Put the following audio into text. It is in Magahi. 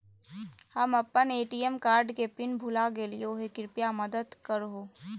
हम अप्पन ए.टी.एम कार्ड के पिन भुला गेलिओ हे कृपया मदद कर हो